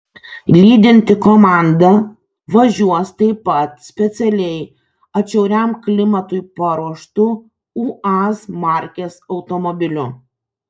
lydinti komanda važiuos taip pat specialiai atšiauriam klimatui paruoštu uaz markės automobiliu